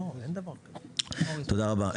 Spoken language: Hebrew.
תודה רבה.